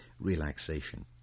relaxation